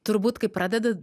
turbūt kai pradedi